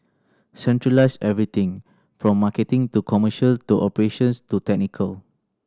centralise everything from marketing to commercial to operations to technical